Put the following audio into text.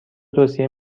توصیه